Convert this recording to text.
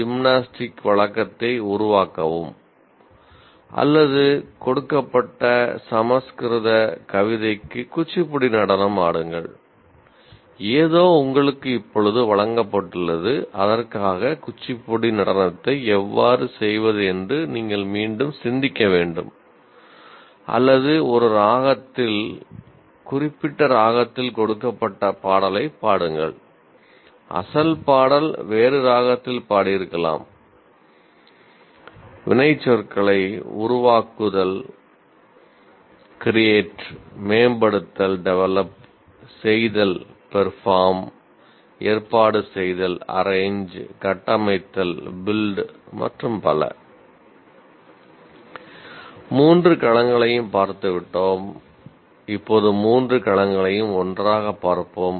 மூன்று களங்களைப் பார்த்து விட்டோம் இப்போது மூன்று களங்களையும் ஒன்றாகப் பார்ப்போம்